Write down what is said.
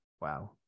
wow